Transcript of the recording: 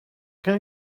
can